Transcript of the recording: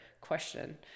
question